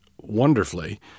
wonderfully